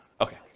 Okay